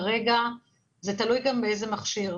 כרגע זה תלוי גם באיזה מכשיר,